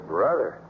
Brother